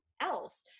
else